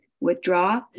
withdraw